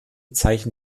zeichen